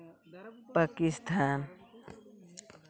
Pakistan